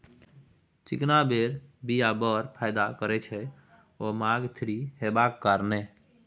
चिकना केर बीया बड़ फाइदा करय छै ओमेगा थ्री हेबाक कारणेँ